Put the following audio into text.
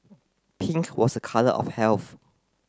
pink was a colour of health